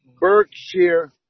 berkshire